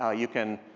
ah you can,